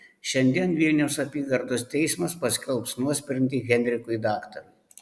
šiandien vilniaus apygardos teismas paskelbs nuosprendį henrikui daktarui